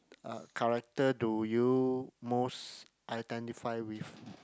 uh character do you most identify with